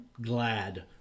glad